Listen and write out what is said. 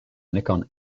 nikon